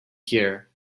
here